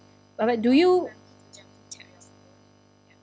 but but do you